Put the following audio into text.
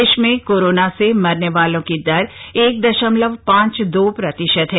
देश में कोरोना से मरने वालों की दर एक दशमलव पांच दो प्रतिशत है